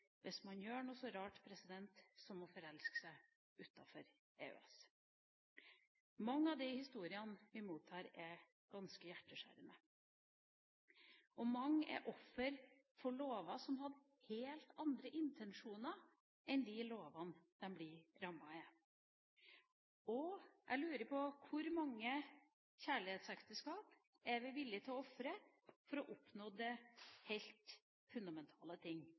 hvis man gjør noe så rart som å forelske seg utenfor EØS. Mange av de historiene vi mottar, er ganske hjerteskjærende. Mange er offer for lover som hadde helt andre intensjoner enn de lovene de blir rammet av. Jeg lurer på hvor mange kjærlighetsekteskap vi er villig til å ofre for å oppnå helt fundamentale ting.